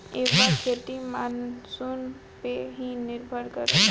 इहवा खेती मानसून पअ ही निर्भर करेला